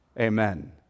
Amen